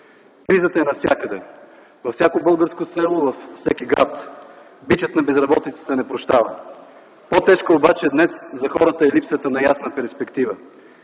Кризата е навсякъде – всяко българско село, във всеки град. Бичът на безработицата не прощава. По-тежка обаче днес за хората е липсата на ясна перспектива.